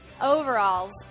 overalls